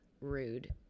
rude